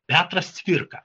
petras cvirka